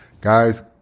Guys